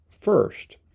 first